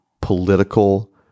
political